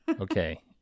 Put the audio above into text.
Okay